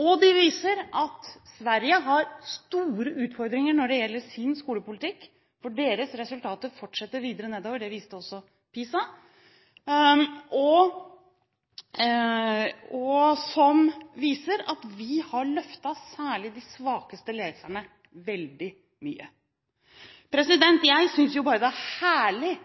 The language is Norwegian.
og at Sverige har store utfordringer når det gjelder sin skolepolitikk, for deres resultater fortsetter videre nedover – det viste også PISA. Dette viser at vi har løftet særlig de svakeste leserne veldig mye. Jeg synes det er